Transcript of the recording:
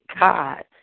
God